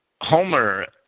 Homer